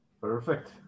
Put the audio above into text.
Perfect